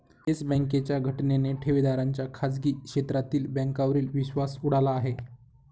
yes बँकेच्या घटनेने ठेवीदारांचा खाजगी क्षेत्रातील बँकांवरील विश्वास उडाला आहे